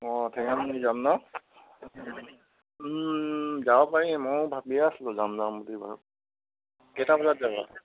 অ' যাব পাৰি মইও ভাবিয়ে আছিলোঁ যাম যাম বুলি বাৰু কেইটা বজাত যাবা